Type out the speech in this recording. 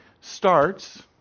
starts